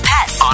Pets